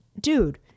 Dude